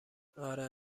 اره